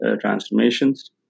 transformations